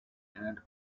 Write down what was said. and